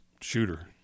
shooter